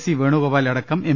C Venugopal അടക്കം M